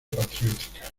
patriótica